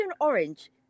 Orange